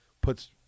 puts